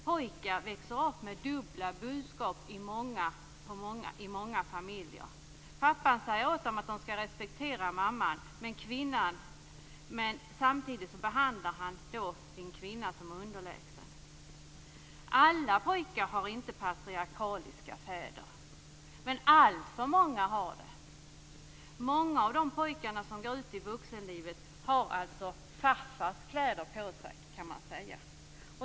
Pojkar i många familjer växer upp med dubbla budskap: Pappa säger åt dem att respektera mamman, men samtidigt behandlar pappan sin kvinna som underlägsen. Alla pojkar har inte patriarkaliska fäder, men alltför många har det. Många av pojkarna som går ut i vuxenlivet har alltså farfars kläder på sig.